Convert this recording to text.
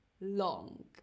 long